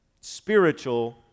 spiritual